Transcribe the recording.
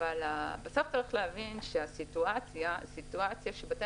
בסוף צריך להבין שהסיטואציה היא סיטואציה שבתי